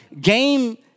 game